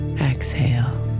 exhale